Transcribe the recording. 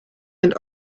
and